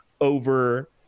over